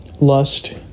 Lust